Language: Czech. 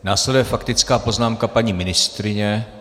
Následuje faktická poznámka paní ministryně.